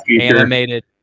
animated